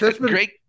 great